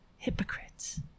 Hypocrites